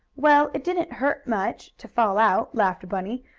well, it didn't hurt much, to fall out, laughed bunny.